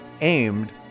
aimed